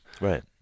Right